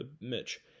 Mitch